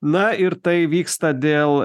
na ir tai vyksta dėl